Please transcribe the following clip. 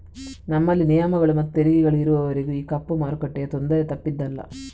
ನಮ್ಮಲ್ಲಿ ನಿಯಮಗಳು ಮತ್ತು ತೆರಿಗೆಗಳು ಇರುವವರೆಗೂ ಈ ಕಪ್ಪು ಮಾರುಕಟ್ಟೆಯ ತೊಂದರೆ ತಪ್ಪಿದ್ದಲ್ಲ